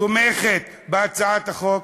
בהצעת החוק,